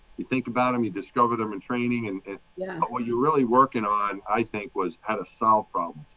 you think about them, you discover them in training. and yeah but what you're really working on, i think, was how to solve problems.